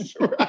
right